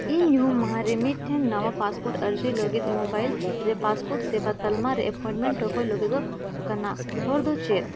ᱤᱧ ᱧᱩᱦᱩᱢ ᱢᱟᱦᱟᱨᱮ ᱢᱤᱫ ᱴᱷᱮᱱ ᱱᱟᱣᱟ ᱟᱨᱡᱤ ᱞᱟᱹᱜᱤᱫ ᱨᱮ ᱥᱮᱵᱟ ᱛᱟᱞᱢᱟ ᱨᱮ ᱴᱷᱟᱹᱣᱠᱟᱹᱭ ᱞᱟᱹᱜᱤᱫᱚᱜ ᱠᱟᱱᱟ ᱦᱚᱨᱟ ᱫᱚ ᱪᱮᱫ